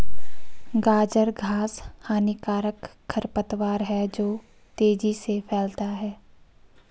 गाजर घास हानिकारक खरपतवार है जो तेजी से फैलता है